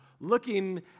looking